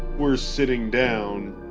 we're sitting down,